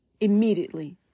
immediately